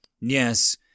Yes